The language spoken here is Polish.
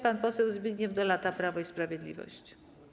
Pan poseł Zbigniew Dolata, Prawo i Sprawiedliwość.